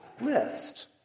list